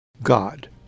God